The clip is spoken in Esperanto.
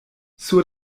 sur